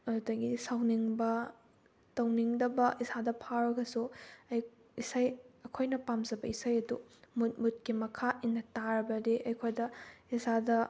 ꯑꯗꯨꯗꯒꯤ ꯁꯥꯎꯅꯤꯡꯕ ꯇꯧꯅꯤꯡꯗꯕ ꯏꯁꯥꯗ ꯐꯥꯎꯔꯒꯁꯨ ꯏꯁꯩ ꯑꯩꯈꯣꯏꯅ ꯄꯥꯝꯖꯕ ꯏꯁꯩ ꯑꯗꯨ ꯃꯨꯠ ꯃꯨꯠꯀꯤ ꯃꯈꯥ ꯏꯟꯅ ꯇꯥꯔꯕꯗꯤ ꯑꯩꯈꯣꯏꯗ ꯏꯁꯥꯗ